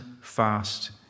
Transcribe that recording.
fast